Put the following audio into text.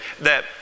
that